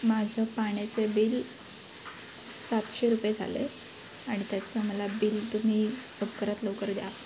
माझं पाण्याचं बिल सातशे रुपये झालं आहे आणि त्याचा मला बिल तुम्ही लवकरात लवकर द्या